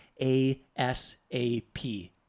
ASAP